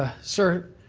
ah sir,